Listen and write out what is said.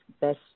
best